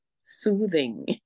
soothing